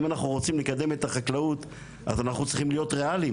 אם אנחנו רוצים לקדם את החקלאות אז אנחנו צריכים להיות ריאליים,